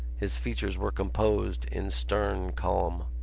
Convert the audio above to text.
his features were composed in stern calm.